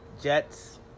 Jets